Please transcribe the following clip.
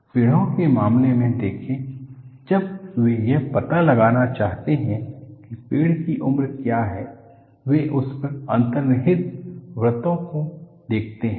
पेड़ों के मामले में देखें जब वे यह पता लगाना चाहते हैं कि पेड़ की उम्र क्या है वे उस पर अंतर्निहित वृतों को देखते हैं